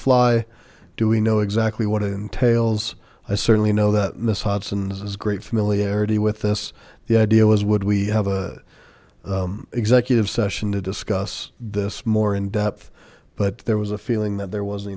fly do we know exactly what it entails i certainly know that this hobson's is great familiarity with this the idea was would we have a executive session to discuss this more in depth but there was a feeling that there was